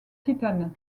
titane